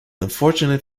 unfortunate